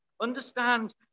Understand